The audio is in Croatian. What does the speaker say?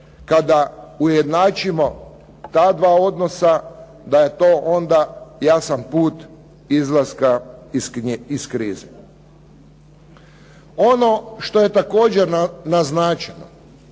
kada ujednačimo ta dva odnosa da je to onda jasan put izlaska iz krize. Ono što je također naznačeno